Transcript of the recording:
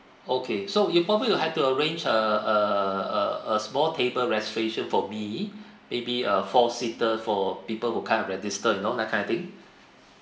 okay so you probably will have to arrange a a a a small table reservation for me maybe uh four seater for people who come and register you know that kind of thing